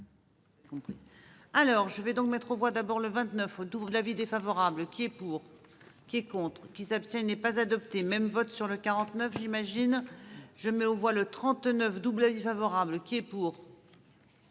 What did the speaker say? Alors je vais donc mettre aux voix d'abord le 29 autour de l'avis défavorable qui est pour. Qui est contre qui s'abstiennent n'est pas adopté même vote sur le 49, j'imagine. Je mets aux voix le 39 double avis favorable qui est pour.